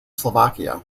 slovakia